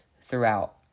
throughout